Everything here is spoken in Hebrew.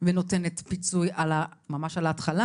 ונותנות פיצוי ממש על ההתחלה.